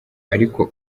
ariko